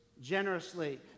generously